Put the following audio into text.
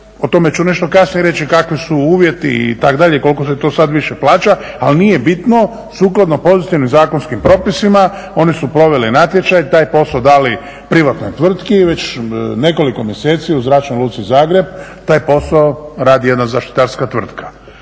o tome ću nešto kasnije reći kakvi su uvjeti itd., koliko se to sada više plaća, ali nije bitno, sukladno pozitivnim zakonskim propisima oni su proveli natječaj, taj posao dali privatnoj tvrtki i već nekoliko mjeseci u zračnoj luci Zagreb taj posao radi jedna zaštitarska tvrtka.